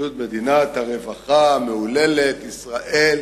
זאת מדינת הרווחה המהוללת ישראל?